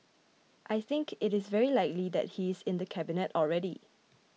I think it is very likely that he is in the cabinet already